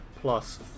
plus